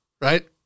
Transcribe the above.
right